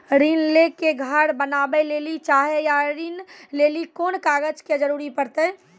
ऋण ले के घर बनावे लेली चाहे या ऋण लेली कोन कागज के जरूरी परतै?